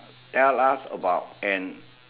tell us about an